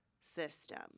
system